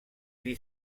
gli